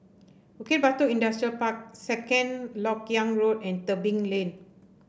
Bukit Batok Industrial Park Second LoK Yang Road and Tebing Lane